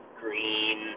Green